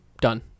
done